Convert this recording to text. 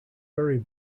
very